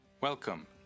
welcome